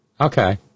Okay